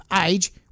age